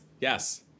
yes